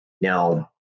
Now